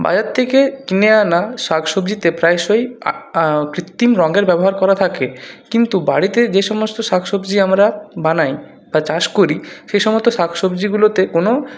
বাজার থেকে কিনে আনা শাকসবজিতে প্রায়শই কৃত্রিম রঙের ব্যবহার করা থাকে কিন্তু বাড়িতে যে সমস্ত শাকসবজি আমরা বানাই বা চাষ করি সেই সমস্ত শাকসবজিগুলোতে কোনো